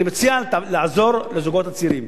אני מציע לעזור לזוגות הצעירים,